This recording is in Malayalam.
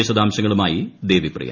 വിശദാംശങ്ങളുമായി ദേവിപ്രിയ